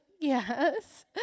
yes